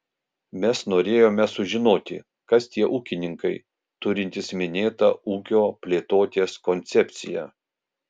mes norėjome sužinoti kas tie ūkininkai turintys minėtą ūkio plėtotės koncepciją